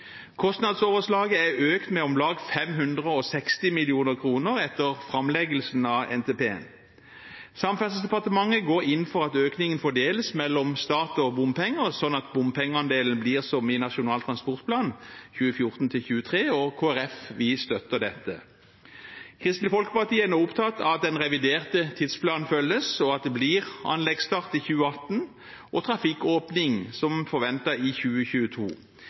Kostnadsoverslaget er økt med om lag 560 mill. kr etter framleggelsen av NTP-en. Samferdselsdepartementet går inn for at økningen fordeles mellom stat og bompenger, sånn at bompengeandelen blir som i Nasjonal transportplan 2014–2023, og vi i Kristelig Folkeparti støtter dette. Kristelig Folkeparti er nå opptatt av at den reviderte tidsplanen følges, og at det blir anleggsstart i 2018 og trafikkåpning som forventet i 2022.